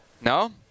No